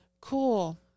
cool